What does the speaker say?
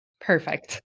Perfect